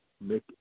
make